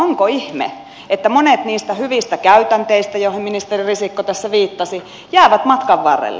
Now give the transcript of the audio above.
onko ihme että monet niistä hyvistä käytänteistä joihin ministeri risikko tässä viittasi jäävät matkan varrelle